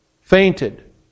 fainted